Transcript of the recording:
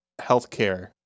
healthcare